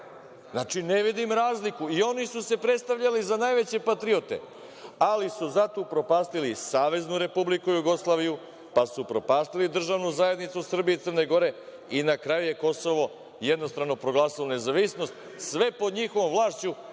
Znači ne vidim razliku i oni su se predstavljali za najveće patriote ali su zato upropastili SRJ, pa su upropastili državnu zajednicu Srbije i Crne Gore i na kraju je Kosovo jednostrano proglasilo nezavisnost sve pod njihovom vlašću.